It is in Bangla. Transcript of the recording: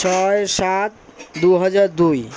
ছয় সাত দুহাজার দুই